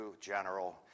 general